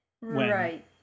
Right